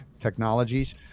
technologies